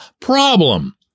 problem